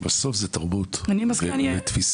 בסוף, זה תרבות ותפיסה.